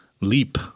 LEAP